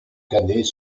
canet